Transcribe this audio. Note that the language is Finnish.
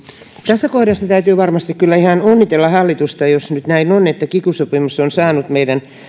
tässä kohdassa täytyy varmasti kyllä ihan onnitella hallitusta jos nyt näin on että kiky sopimus on saanut meidän